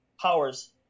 Powers